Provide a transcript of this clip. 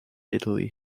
italy